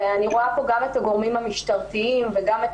אני רוצה את הגורמים המשטרתיים וגם את